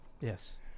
Yes